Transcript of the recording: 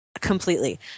completely